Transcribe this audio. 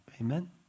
Amen